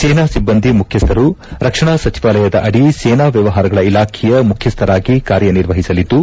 ಸೇನಾ ಸಿಬ್ಲಂದಿ ಮುಖ್ಯಸ್ಥರು ರಕ್ಷಣಾ ಸಚಿವಾಲಯದ ಅಡಿ ಸೇನಾ ವ್ಲವಹಾರಗಳ ಇಲಾಖೆಯ ಮುಖ್ಯಸ್ಥರಾಗಿ ಕಾರ್ಯನಿರ್ವಹಿಸಲಿದ್ದು